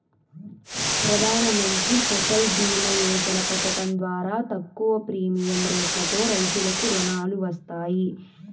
ప్రధానమంత్రి ఫసల్ భీమ యోజన పథకం ద్వారా తక్కువ ప్రీమియం రెట్లతో రైతులకు రుణాలు వస్తాయి